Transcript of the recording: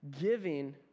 giving